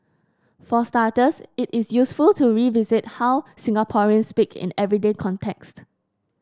for starters it is useful to revisit how Singaporeans speak in everyday context